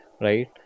right